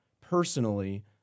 personally